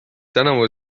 tänavu